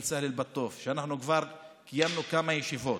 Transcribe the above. של סהל אל-בטוף, ואנחנו כבר קיימנו כמה ישיבות.